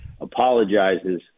apologizes